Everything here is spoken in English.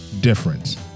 difference